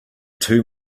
too